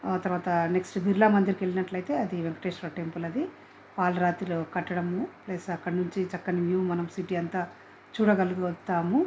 తర్వాత నెక్స్ట్ బిర్లా మందిర్కి వెళ్ళినట్లయితే అది వెంకటేశ్వర టెంపుల్ అది పాలరాతిలో కట్టడము ప్లస్ అక్కడి నుంచి చక్కని వ్యూ మనం సిటీ అంతా చూడగలుగుతాము